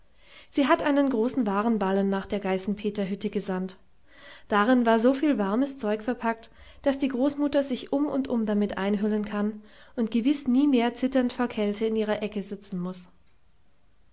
sie hat einen großen warenballen nach der geißenpeter hütte gesandt darin war so viel warmes zeug verpackt daß die großmutter sich um und um damit einhüllen kann und gewiß nie mehr zitternd vor kälte in ihrer ecke sitzen muß